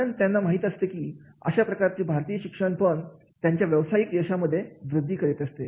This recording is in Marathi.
कारण त्यांना माहित असते की अशा प्रकारचे भारतीय शिक्षण पण त्यांच्या व्यावसायिक यशामध्ये वृद्धि करेल